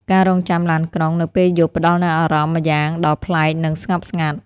ការរង់ចាំឡានក្រុងនៅពេលយប់ផ្ដល់នូវអារម្មណ៍ម្យ៉ាងដ៏ប្លែក និងស្ងប់ស្ងាត់។